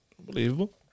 unbelievable